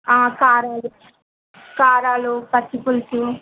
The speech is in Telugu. కారాలు కారాలు పచ్చిపులుసు